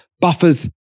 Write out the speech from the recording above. buffers